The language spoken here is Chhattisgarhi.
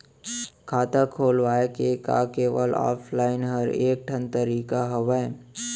खाता खोलवाय के का केवल ऑफलाइन हर ऐकेठन तरीका हवय?